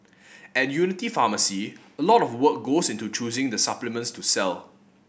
at Unity Pharmacy a lot of work goes into choosing the supplements to sell